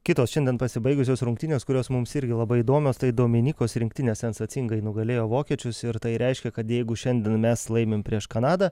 kitos šiandien pasibaigusios rungtynės kurios mums irgi labai įdomios tai dominikos rinktinė sensacingai nugalėjo vokiečius ir tai reiškia kad jeigu šiandien mes laimim prieš kanadą